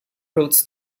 routes